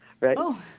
right